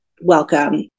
welcome